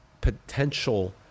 potential